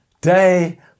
day